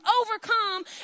overcome